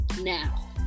now